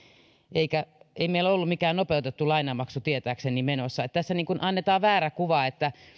ei meillä ollut mikään nopeutettu lainanmaksu tietääkseni menossa tässä annetaan väärä kuva